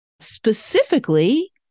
specifically